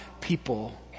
people